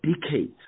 decades